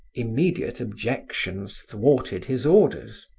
immediate objections thwarted his orders.